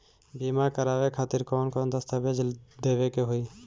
बीमा करवाए खातिर कौन कौन दस्तावेज़ देवे के होई?